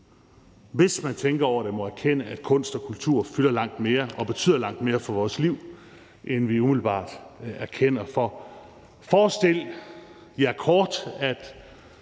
hvis de tænker over det, må erkende, at kunst og kultur fylder langt mere og betyder langt mere for vores liv, end vi umiddelbart erkender. For forestil dig kort, at